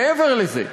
מעבר לזה,